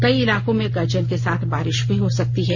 कई इलाकों में गर्जन के साथ बारिश भी हो सकती है